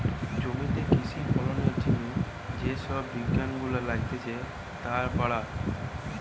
জমিতে কৃষি ফলনের জিনে যে সব বিজ্ঞান গুলা লাগতিছে তার পড়া